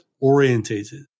orientated